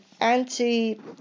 Anti